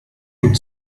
could